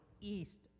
east